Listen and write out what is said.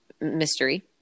Mystery